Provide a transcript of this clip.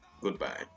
Goodbye